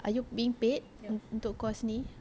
are you being paid untuk course ni